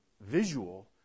visual